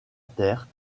terre